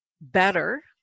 better